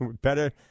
Better